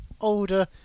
older